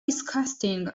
disgusting